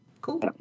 Cool